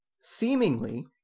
seemingly